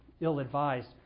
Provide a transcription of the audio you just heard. ill-advised